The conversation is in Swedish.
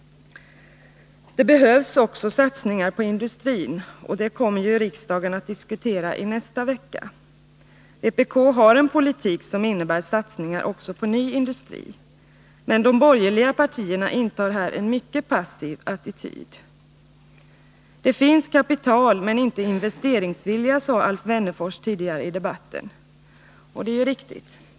Det behövs också satsningar på industrin. Och det kommer ju riksdagen att diskutera i nästa vecka. Vpk har en politik som innebär satsningar också på ny industri. Men de borgerliga partierna intar här en mycket passiv attityd. ”Det finns kapital, men det finns inte investeringsvilja”, sade Alf Wennerfors tidigare i debatten. Och det är ju riktigt.